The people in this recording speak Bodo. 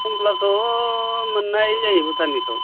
खमलाखौ मोननाय जायो भुटाननिखौ औ